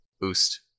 Boost